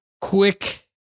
Quick